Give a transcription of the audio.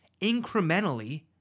incrementally